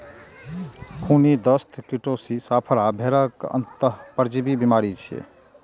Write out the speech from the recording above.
खूनी दस्त, कीटोसिस, आफरा भेड़क अंतः परजीवी बीमारी छियै